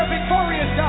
victorious